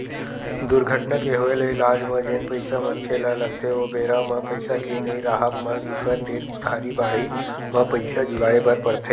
दुरघटना के होय ले इलाज म जेन पइसा मनखे ल लगथे ओ बेरा म पइसा के नइ राहब म दूसर तीर उधारी बाड़ही म पइसा जुगाड़े बर परथे